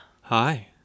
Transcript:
Hi